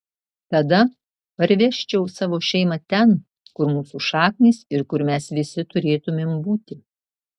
tada parvežčiau savo šeimą ten kur mūsų šaknys ir kur mes visi turėtumėm būti